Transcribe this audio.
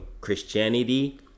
Christianity